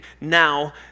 now